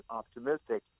optimistic